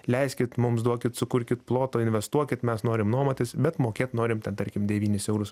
leiskit mums duokit sukurkit ploto investuokit mes norim nuomotis bet mokėt norim ten tarkim devynis eurus